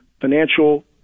financial